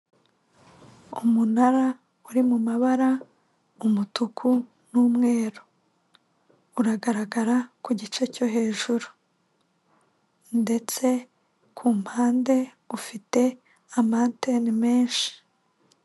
Umunara uri mu mabara umutuku n'umweru uragaragara ku gice cyo hejuru ndetse ku mpande ufite amateni menshi.